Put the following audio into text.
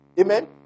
Amen